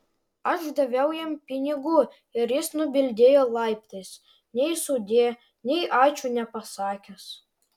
aš daviau jam pinigų ir jis nubildėjo laiptais nei sudie nei ačiū nepasakęs